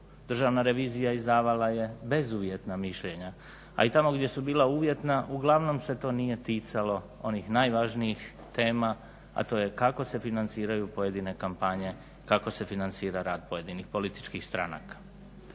Državna revizija izdavala je bezuvjetna mišljenja. A i tamo gdje su bila uvjetna uglavnom se to nije ticalo onih najvažnijih tema, a to je kako se financiraju pojedine kampanje, kako se financira rad pojedinih političkih stranaka.